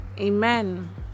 amen